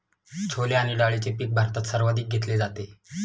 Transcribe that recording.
छोले आणि डाळीचे पीक भारतात सर्वाधिक घेतले जाते